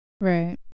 Right